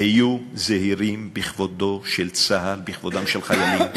היו זהירים בכבודו של צה"ל, בכבודם של חיילים.